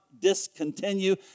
discontinue